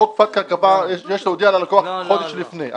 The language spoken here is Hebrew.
חוק פטקא קבע שיש להודיע ללקוח חודש לפני.